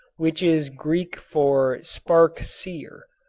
which is greek for spark-seer.